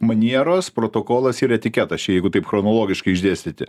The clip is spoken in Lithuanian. manieros protokolas ir etiketas čia jeigu taip chronologiškai išdėstyti